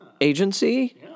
Agency